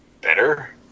better